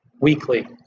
weekly